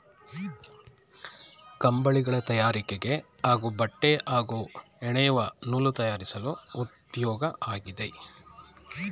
ಕಂಬಳಿಗಳ ತಯಾರಿಕೆಗೆ ಹಾಗೂ ಬಟ್ಟೆ ಹಾಗೂ ಹೆಣೆಯುವ ನೂಲು ತಯಾರಿಸಲು ಉಪ್ಯೋಗ ಆಗಿದೆ